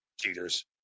Cheaters